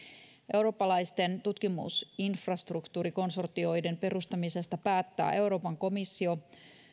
eurooppalaisten tutkimusinfrastruktuurikonsortioiden perustamisesta päättää euroopan komissio